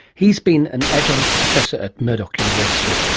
he's been an adjunct professor at murdoch university.